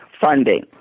funding